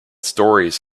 stories